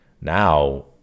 now